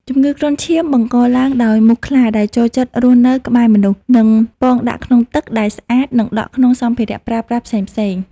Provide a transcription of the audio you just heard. ជំងឺគ្រុនឈាមបង្កឡើងដោយមូសខ្លាដែលចូលចិត្តរស់នៅក្បែរមនុស្ស និងពងដាក់ក្នុងទឹកដែលស្អាតនិងដក់ក្នុងសម្ភារៈប្រើប្រាស់ផ្សេងៗ។